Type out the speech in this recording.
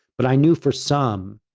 but i knew for some,